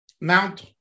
Mount